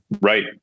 Right